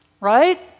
right